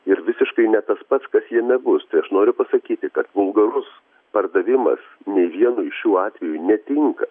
ir visiškai ne tas pats kas jame bus tai aš noriu pasakyti kad vulgarus pardavimas nei vienu iš šių atvejų netinka